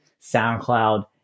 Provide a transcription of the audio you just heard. SoundCloud